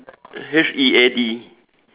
H E A D